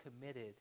committed